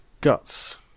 Guts